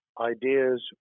ideas